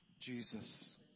Jesus